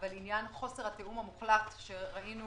עניין חוסר התיאום המוחלט שראינו